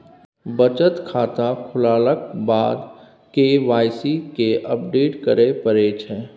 बचत खाता खोललाक बाद के वाइ सी केँ अपडेट करय परै छै